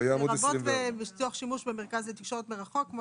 לרבות לצורך שימוש במרכז לתקשורת מרחוק כמו